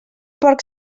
porc